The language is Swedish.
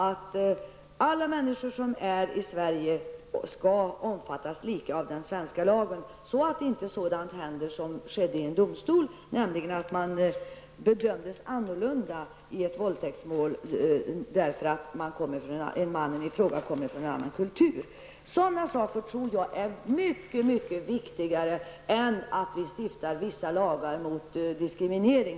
Alla människor i Sverige skall omfattas lika av den svenska lagen, så att inte sådant händer som t.ex. skedde i en domstol. Jag tänker då på ett fall där en man bedömdes annorlunda, därför att han kom från ett land med en annan kultur. Sådana aspekter tror jag är mycket viktigare än att bara stifta vissa lagar mot diskriminering.